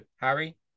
Harry